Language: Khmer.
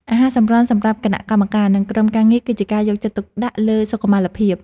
អាហារសម្រន់សម្រាប់គណៈកម្មការ និង ក្រុមការងារគឺជាការយកចិត្តទុកដាក់លើសុខុមាលភាព។